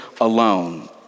alone